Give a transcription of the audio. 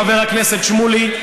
חבר הכנסת שמולי,